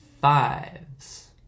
Fives